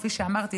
כפי שאמרתי,